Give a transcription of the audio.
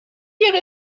ihre